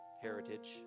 heritage